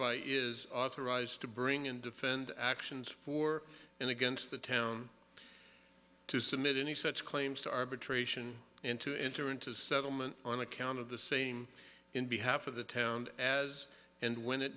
hereby is authorized to bring and defend actions for and against the town to submit any such claims to arbitration and to enter into settlement on account of the same in behalf of the town as and when it